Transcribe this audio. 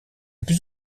plus